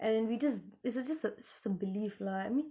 and then we just it's a just a just a belief lah I mean